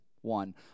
one